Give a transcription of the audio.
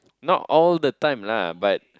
not all the time lah but